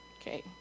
Okay